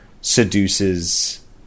seduces